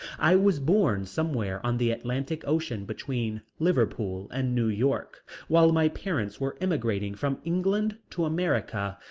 i was born somewhere on the atlantic ocean between liverpool and new york while my parents were emigrating from england to america.